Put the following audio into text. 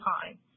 time